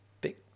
big